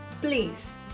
Please